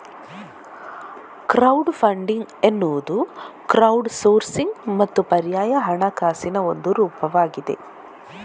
crowd funding ಎನ್ನುವುದು crowdsourcing ಮತ್ತು ಪರ್ಯಾಯ ಹಣಕಾಸಿನ ಒಂದು ರೂಪವಾಗಿದೆ